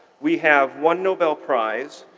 we have one nobel prize,